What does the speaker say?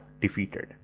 defeated